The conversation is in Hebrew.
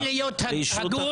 כדי להיות הגון,